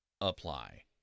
apply